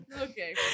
Okay